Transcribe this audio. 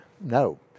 No